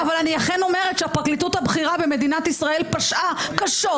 אבל אני אכן אומרת שהפרקליטות הבכירה במדינת ישראל פשעה קשות,